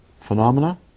Phenomena